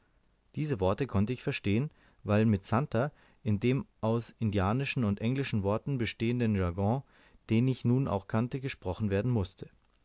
diese worte konnte ich verstehen weil mit santer in dem aus indianischen und englischen worten bestehenden jargon den ich nun auch kannte gesprochen werden mußte